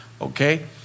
okay